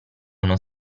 uno